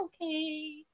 okay